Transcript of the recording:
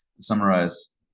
Summarize